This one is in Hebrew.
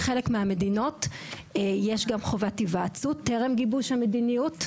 בחלק מהמדינות יש גם חובת היוועצות טרם גיבוש המדיניות.